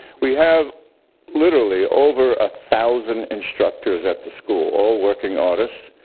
we have literally over a thousand instructors at the school, all working artists.